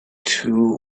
two